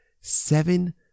seven